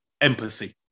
empathy